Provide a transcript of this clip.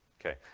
Okay